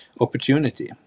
opportunity